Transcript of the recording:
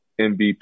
MVP